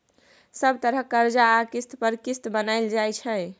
सब तरहक करजा आ किस्त पर किस्त बनाएल जाइ छै